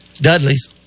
Dudley's